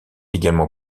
également